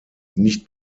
nicht